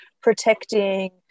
protecting